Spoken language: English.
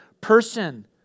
person